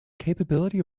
capability